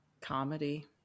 comedy